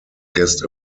guest